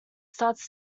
starts